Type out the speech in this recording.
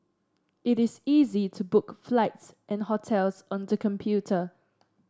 it is easy to book flights and hotels on the computer